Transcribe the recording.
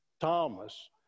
Thomas